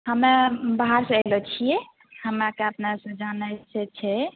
हमे बाहर से अयलो छियै हमराके अपना से जानैके छै